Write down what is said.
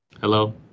Hello